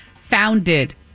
founded